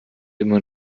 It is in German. immer